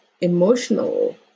emotional